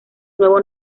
nuevo